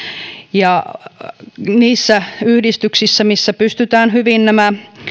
ja on ihan hienoa että paikallinen toiminta säilyy niissä yhdistyksissä joissa pystytään hyvin nämä